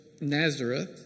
Nazareth